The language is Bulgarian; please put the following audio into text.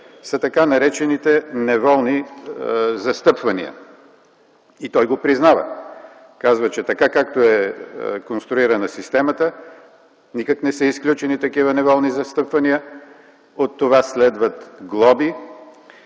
са така наречените неволни застъпвания, и той го признава. Казва, че така, както е конструирана системата, никак не са изключени такива неволни застъпвания. От това следват глоби